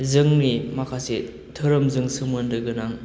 जोंनि माखासे दोहोरोमजों सोमोन्दो गोनां